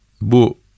Bu